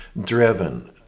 driven